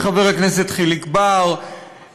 לחבר הכנסת חיליק בר,